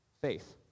Faith